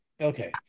Okay